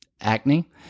acne